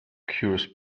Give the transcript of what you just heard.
cures